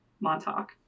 Montauk